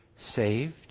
Saved